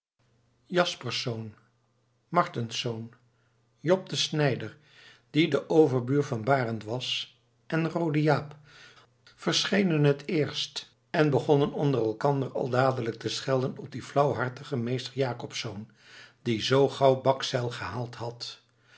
jaspersz martensz jop de snijder die de overbuur van barend was en roode jaap verschenen het eerst en begonnen onder elkander al dadelijk te schelden op dien flauwhartigen meester jacobsz die zoo gauw bakzeil gehaald had